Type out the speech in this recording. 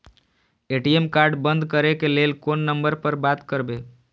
ATM card बंद करे के लेल कोन नंबर पर बात करबे?